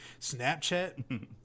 Snapchat